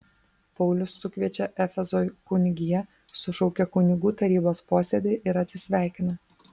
paulius sukviečia efezo kunigiją sušaukia kunigų tarybos posėdį ir atsisveikina